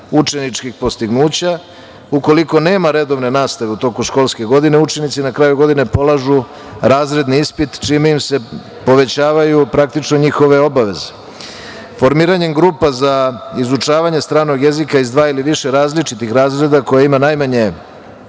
učeničkih postignuća. Ukoliko nema redovne nastave u toku školske godine učenici na kraju godine polažu razredni ispit čime im se praktično povećavaju njihove obaveze. Formiranjem grupa za izučavanje stranog jezika iz dva ili više različitih razreda koja ima najmanje